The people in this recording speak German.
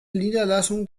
niederlassung